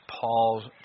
Paul's